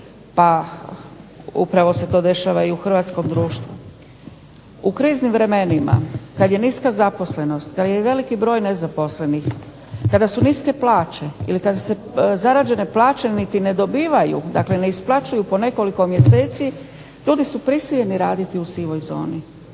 Pa upravo se to dešava i u hrvatskom društvu. U kriznim vremenima kad je niska zaposlenost, kad je veliki broj nezaposlenih, kada su niske plaće ili kada se zarađene plaće niti ne dobivaju dakle ne isplaćuju po nekoliko mjeseci ljudi su prisiljeni raditi u sivoj zoni.